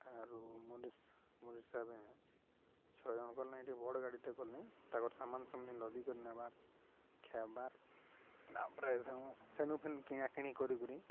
ଆରୁ ମୋରି ମୋରି ହିସବେ ଛଅ ଜଣ କଲେ ଟିକେ ବଡ଼ ଗାଡ଼ିଟେ କଲେ ତାଙ୍କର ସାମାନ ଲଦି କରି ନେବାର୍ ଖେବାର୍ ତା'ପରେ ସେନୁ ସେନୁ ଫେନୁ କିଣାକଣି କରିକରି